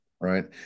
right